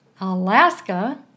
Alaska